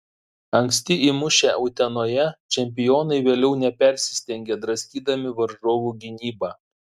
anksti įmušę utenoje čempionai vėliau nepersistengė draskydami varžovų gynybą